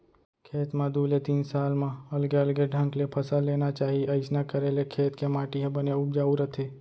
खेत म दू ले तीन साल म अलगे अलगे ढंग ले फसल लेना चाही अइसना करे ले खेत के माटी ह बने उपजाउ रथे